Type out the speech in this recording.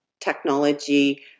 technology